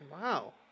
Wow